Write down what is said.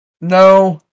No